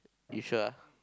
you sure ah